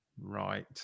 Right